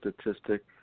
statistic